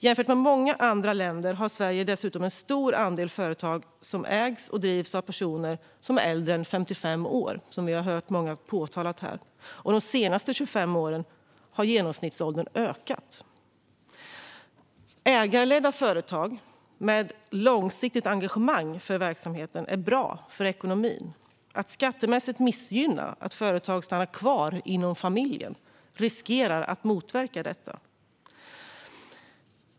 Jämfört med många andra länder har Sverige dessutom en stor andel företag som ägs och drivs av personer som är äldre än 55 år, som vi har hört många påtala här, och de senaste 25 åren har genomsnittsåldern ökat. Nya skatteregler för ägarskiften mellan närstående i fåmans-företag Ägarledda företag med långsiktigt engagemang i verksamheten är bra för ekonomin. Att skattemässigt missgynna att företag stannar kvar inom familjen riskerar att motverka detta.